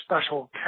special